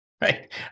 right